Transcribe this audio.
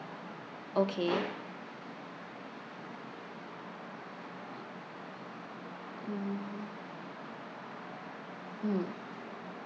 okay mmhmm mm